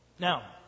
Now